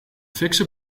fikse